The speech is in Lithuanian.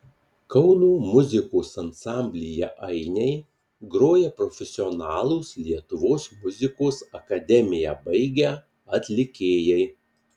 kauno muzikos ansamblyje ainiai groja profesionalūs lietuvos muzikos akademiją baigę atlikėjai